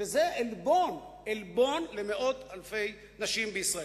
וזה עלבון למאות אלפי נשים בישראל.